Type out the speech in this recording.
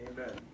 Amen